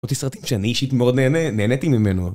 אותי סרטים שאני אישית מאוד נהניתי ממנו